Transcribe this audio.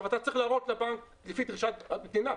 אתה צריך להראות לבנק לפי דרישת המדינה,